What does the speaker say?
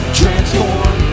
transform